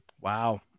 Wow